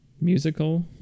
Musical